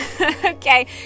okay